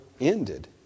ended